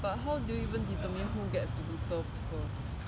but how do you even determine who gets to be served first